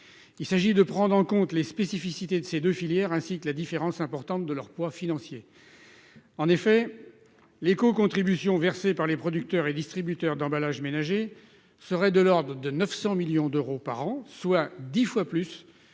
Il s'agit de prendre en compte les spécificités de ces deux filières ainsi que la différence importante de leur poids financier. En effet, l'écocontribution versée par les producteurs et distributeurs d'emballages ménagers serait de l'ordre de 900 millions d'euros par an, soit dix fois plus